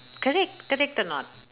correct correct or not